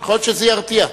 יכול להיות שזה ירתיע.